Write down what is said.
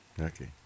Okay